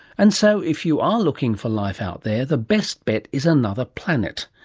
and so if you are looking for life out there, the best bet is another planet.